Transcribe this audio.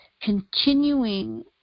continuing